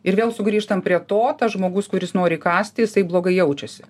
ir vėl sugrįžtam prie to tas žmogus kuris nori kąsti jisai blogai jaučiasi